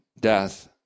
death